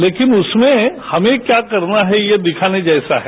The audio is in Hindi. लेकिन उसमें हमें क्या करना है ये दिखाने जैसा है